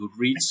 Goodreads